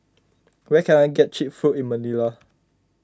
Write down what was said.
where can I get Cheap Food in Manila